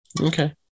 Okay